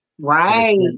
Right